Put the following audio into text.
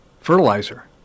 fertilizer